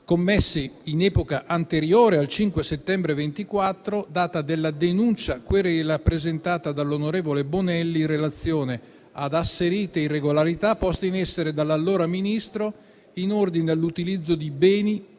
commessi in epoca anteriore al 5 settembre 2024, data della denuncia-querela presentata dall'onorevole Bonelli in relazione ad asserite irregolarità poste in essere dall'allora Ministro in ordine all'utilizzo di beni,